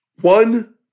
one